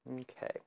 Okay